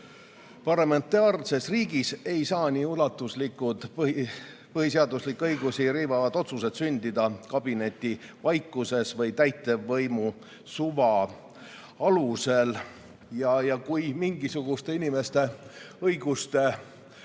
Parlamentaarses riigis ei saa nii ulatuslikult põhiseaduslikke õigusi riivavad otsused sündida kabinetivaikuses või täitevvõimu suva alusel. Kui mingisuguste inimeste õiguste